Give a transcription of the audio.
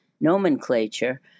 nomenclature